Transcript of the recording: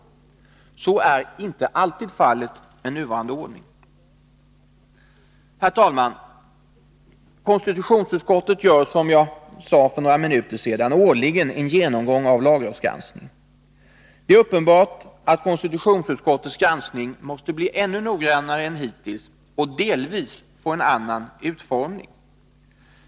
Så är inte alltid fallet med nuvarande ordning. Herr talman! Konstitutionsutskottet gör, som jag sade för några minuter sedan, årligen en genomgång av lagrådsgranskningen. Det är uppenbart att konstitutionsutskottets granskning måste bli ännu noggrannare än hittills och delvis få en annan utformning.